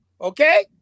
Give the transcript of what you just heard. okay